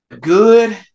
good